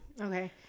okay